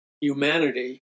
humanity